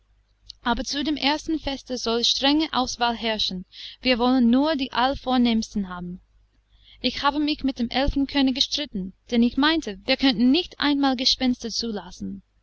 aber zu dem ersten feste soll strenge auswahl herrschen wir wollen nur die allervornehmsten haben ich habe mich mit dem elfenkönig gestritten denn ich meinte wir könnten nicht einmal gespenster zulassen